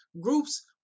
Groups